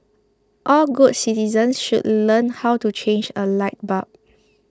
all good citizens should learn how to change a light bulb